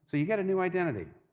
so you get a new identity.